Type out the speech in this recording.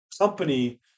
company